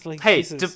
hey